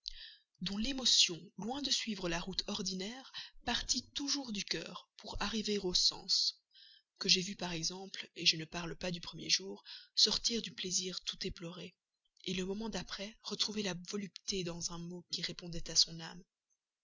dont l'émotion contrariant la route ordinaire partît toujours du cœur pour arriver aux sens que j'ai vue par exemple et je ne parle pas du premier jour sortir du plaisir tout éplorée le moment d'après retrouver la volupté dans un mot qui répondait à son âme